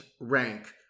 rank